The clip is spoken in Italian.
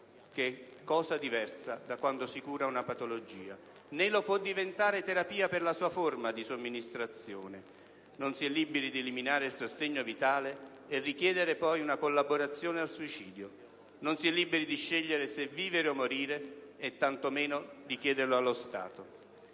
che è cosa diversa da quando si cura una patologia. Né può diventare terapia per la sua forma di somministrazione. Non si è liberi di eliminare il sostegno vitale e richiedere poi una collaborazione al suicidio. Non si è liberi di scegliere se vivere o morire e, tanto meno, di chiederlo allo Stato.